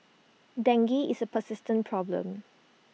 dengue is A persistent problem